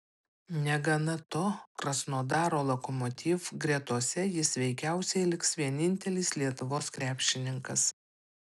negana to krasnodaro lokomotiv gretose jis veikiausiai liks vienintelis lietuvos krepšininkas